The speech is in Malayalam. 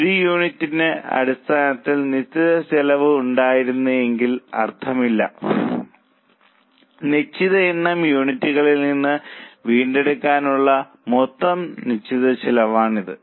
ഒരു യൂണിറ്റ് അടിസ്ഥാനത്തിൽ നിശ്ചിത ചെലവ് ഉണ്ടായിരിക്കുന്നതിൽ അർത്ഥമില്ല നിശ്ചിത എണ്ണം യൂണിറ്റുകളിൽ നിന്ന് വീണ്ടെടുക്കാനുള്ള മൊത്തം നിശ്ചിത ചെലവാണിത്